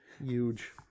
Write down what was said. Huge